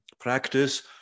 Practice